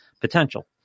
potential